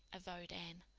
avowed anne.